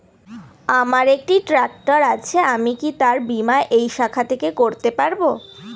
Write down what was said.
আমার একটি ট্র্যাক্টর আছে আমি কি তার বীমা এই শাখা থেকে করতে পারব?